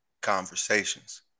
Conversations